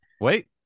wait